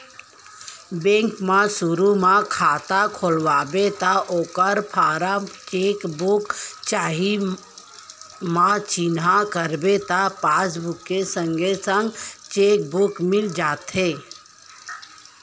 bank म सुरू म खाता खोलवाबे त ओकर फारम म चेक बुक चाही म चिन्हा करबे त पासबुक के संगे संग चेक बुक मिल जाथे